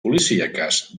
policíaques